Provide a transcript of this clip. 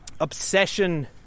obsession